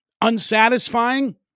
unsatisfying